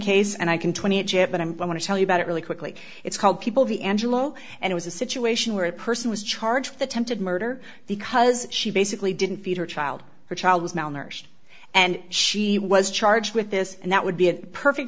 chip but i'm going to tell you about it really quickly it's called people the angelo and it was a situation where a person was charged with attempted murder because she basically didn't feed her child her child was malnourished and she was charged with this and that would be a perfect